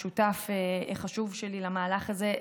השותף החשוב שלי למהלך הזה,